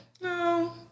no